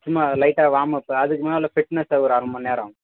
சும்மா லைட்டாக வார்மப்பு அதுக்கு மேலே ஃபிட்னஸு ஒரு அரை மணி நேரம்